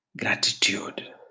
gratitude